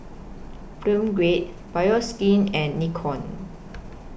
Film Grade Bioskin and Nikon